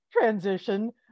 transition